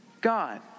God